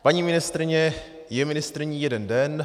Paní ministryně je ministryní jeden den.